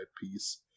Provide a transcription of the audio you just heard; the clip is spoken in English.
piece